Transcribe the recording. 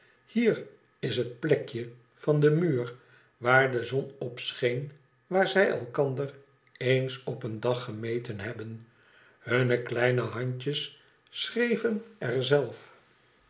thier is het plekje van den muur waar de zon op scheen waar zij elkan der eens op een dag gemeten hebben hunne kleine handjes schreven er